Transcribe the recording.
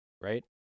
Right